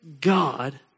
God